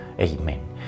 Amen